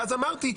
ואז אמרתי,